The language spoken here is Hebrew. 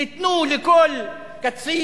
תיתנו לכל קצין,